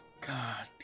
God